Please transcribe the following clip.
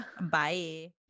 Bye